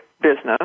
Business